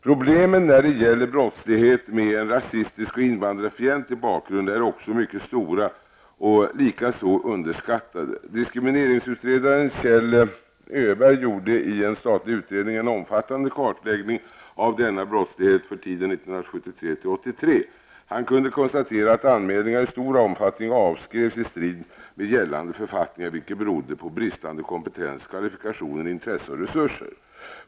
Problemen när det gäller brottslighet med en rasistisk och invandrarfientlig bakgrund är också mycket stora och likaså underskattade. Diskrimineringsutredaren Kjell Öberg gjorde i en statlig utredning en omfattande kartläggning av denna brottslighet för tiden 1973--1983. Han kunde konstatera att anmälningar i stor omfattning avskrevs i strid med gällande författningar, vilket berodde på bristande kompetens och kvalifikationer, intresse och resurser.